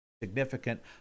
significant